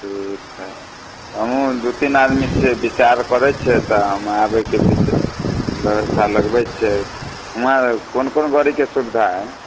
ठीक हए हमहूँ दू तीन आदमी छियै बिचार करै छियै तऽ हम आबैके बिचार ब्यवस्था लगबै छियै हुआँ कोन कोन गड़ीके सुविधा है